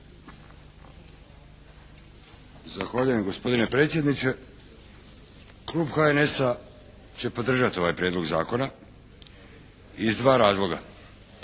Zahvaljujem gospodine predsjedniče. Klub HNS-a će podržati ovaj prijedlog zakona iz dva razloga.